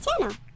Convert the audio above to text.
channel